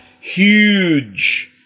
huge